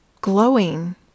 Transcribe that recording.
glowing